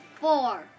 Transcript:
Four